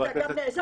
תודה.